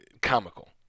comical